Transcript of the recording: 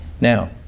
Now